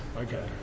Okay